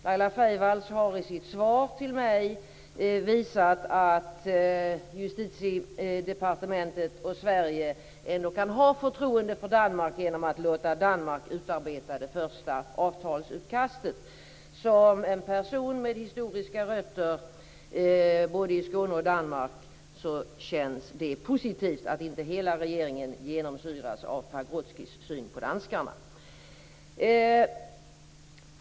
Laila Freivalds har i sitt svar till mig visat att Justitiedepartementet och Sverige ändå kan ha förtroende för Danmark genom att låta Danmark utarbeta det första avtalsutkastet. För en person med historiska rötter i både Skåne och Danmark känns det positivt att inte hela regeringen genomsyras av Pagrotskys syn på danskarna.